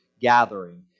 gathering